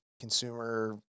consumer